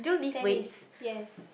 tennis yes